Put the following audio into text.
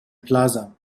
plaza